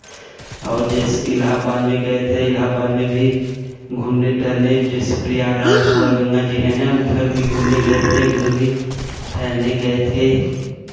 और जैसे इलाहाबाद में गए थे इलाहाबाद में भी घूमने टहलने जैसे प्रयागराज हुआ गंगा जी हैं ना उधर भी घूमने गए थे उधर भी तैरने गए थे